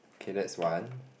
okay that's one